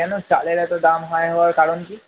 কেন চালের এত দাম হাই হওয়ার কারণ কী